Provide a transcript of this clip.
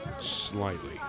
slightly